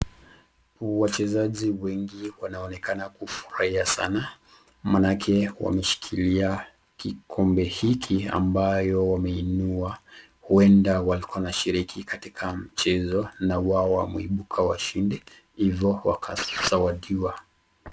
Wachezaji wengi wanaonekana kufurahia sana maanake wameshikilia kikombe hiki ambayo wameinua. Huenda walikuwa wanashiriki katika mchezo na wao wameibuka washindi hivo wakazawadiwa.